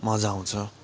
मजा आउँछ